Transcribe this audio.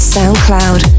SoundCloud